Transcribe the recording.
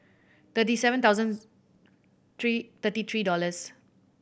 thirty seven thousand three thirty three dollars